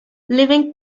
living